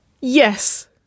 Yes